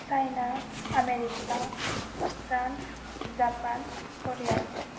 China America France Japan Korea